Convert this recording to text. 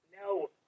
No